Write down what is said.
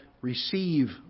receive